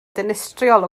dinistriol